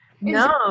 no